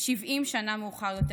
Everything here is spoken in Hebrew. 70 שנה מאוחר יותר,